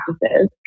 practices